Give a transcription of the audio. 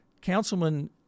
Councilman